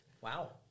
Wow